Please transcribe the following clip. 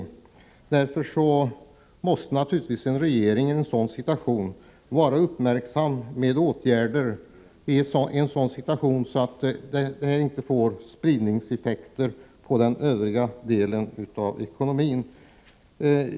I en sådan situation måste naturligtvis varje regering vara uppmärksam, så att åtgärder inte får spridningseffekter på övriga delar av ekonomin.